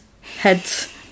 heads